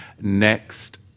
next